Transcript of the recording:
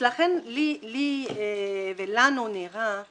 לכן, לי ולנו נראה